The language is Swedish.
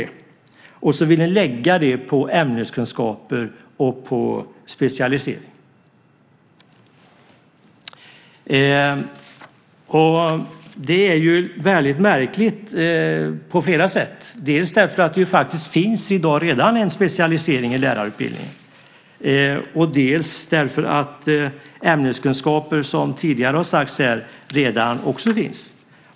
I stället vill ni lägga dessa poäng på ämneskunskaper och specialisering. Det är väldigt märkligt på flera sätt, dels därför att det i dag faktiskt redan finns en specialisering i lärarutbildningen, dels därför att ämneskunskaper, vilket tidigare har sagts här, också redan finns.